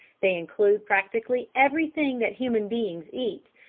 they include practically everything that human beings eat,